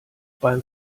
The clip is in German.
beim